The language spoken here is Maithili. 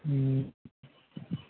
हुँ